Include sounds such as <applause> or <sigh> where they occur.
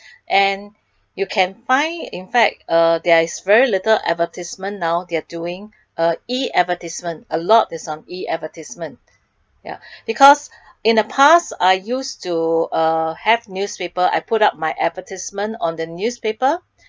<breath> and you can find in fact uh there is very little advertisement now they are doing <breath> uh E advertisement a lot is on E advertisement ya <breath> because <breath> in the past I used to uh have newspaper I put up my advertisement on the newspaper <breath>